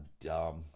dumb